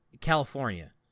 California